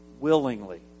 willingly